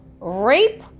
rape